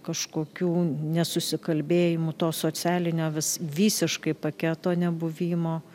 kažkokių nesusikalbėjimų to socialinio vis visiškai paketo nebuvimo